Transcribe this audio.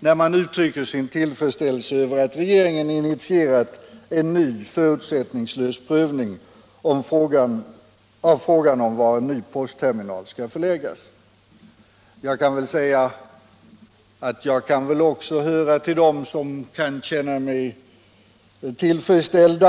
när man uttrycker sin tillfredsställelse över att regeringen initierat en ny förutsättningslös prövning av frågan om var en ny postterminal skall förläggas. Jag kan väl säga att också jag hör till dem som kan känna sig tillfredsställda.